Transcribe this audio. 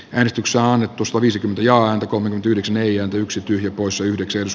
ennätyksiä annetusta viisikymmentä jahkonen t yhdeksän eija yksi tyhjä poissa yhdeksäs